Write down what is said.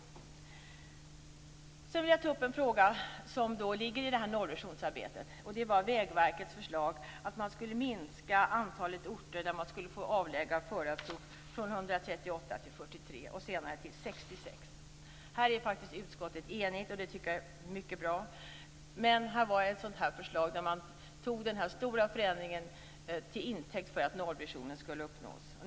Sedan vill jag ta upp en fråga som ligger i nollvisionsarbetet. Det var Vägverkets förslag att man skulle minska antalet orter där förarprov skulle få avläggas från 138 till 43 och senare till 66. Här är faktiskt utskottet enigt, och det tycker jag är mycket bra. Det här var ett sådant förslag där man tog uppnåendet av nollvisionen till intäkt för den stora förändringen.